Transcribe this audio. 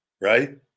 right